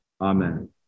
Amen